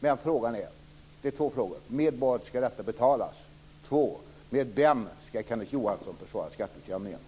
Men jag har två frågor: Med vad ska detta betalas? Med vem ska Kenneth Johansson försvara skatteutjämningen?